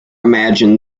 imagined